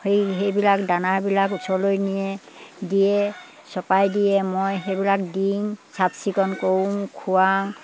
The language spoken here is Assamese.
সেই সেইবিলাক দানাবিলাক ওচৰলৈ নিয়ে দিয়ে চপাই দিয়ে মই সেইবিলাক দিওঁ চাফ চিকুণ কৰোঁ খোৱাওঁ